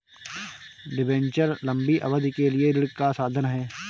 debenture लंबी अवधि के लिए ऋण का साधन है